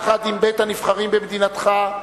יחד עם בית-הנבחרים במדינתך,